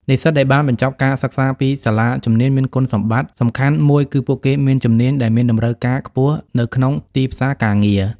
និស្សិតដែលបានបញ្ចប់ការសិក្សាពីសាលាជំនាញមានគុណសម្បត្តិសំខាន់មួយគឺពួកគេមានជំនាញដែលមានតម្រូវការខ្ពស់នៅក្នុងទីផ្សារការងារ។